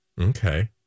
okay